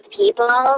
people